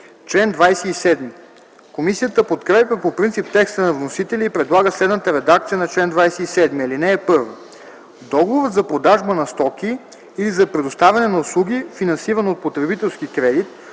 чл. 27 комисията подкрепя предложението на вносителя и предлага следната редакция: „Чл. 27. (1) Договорът за продажба на стоки или за предоставяне на услуги, финансирани от потребителски кредит,